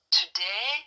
today